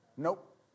Nope